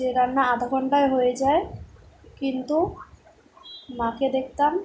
যে রান্না আধা ঘন্টায় হয়ে যায় কিন্তু মাকে দেখতাম